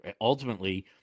ultimately